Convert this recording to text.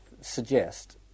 suggest